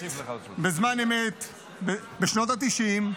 בשנות התשעים,